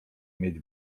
mieć